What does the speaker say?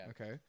Okay